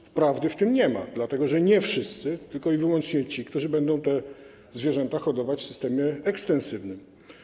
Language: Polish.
Ale prawdy w tym nie ma, dlatego że nie wszyscy - tylko i wyłącznie ci, którzy będą te zwierzęta hodować w systemie ekstensywnym.